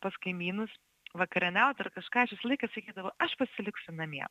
pas kaimynus vakarieniaut ar kažką aš visą laiką sakydavau aš pasiliksiu namie